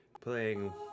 playing